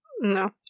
No